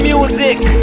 Music